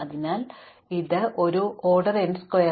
അതിനാൽ ഇത് ഒരു ഓർഡർ n സ്ക്വയറാണ്